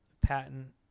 patent